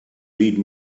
read